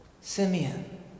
Simeon